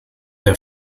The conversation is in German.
der